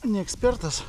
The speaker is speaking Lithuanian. ne ekspertas